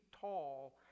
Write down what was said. tall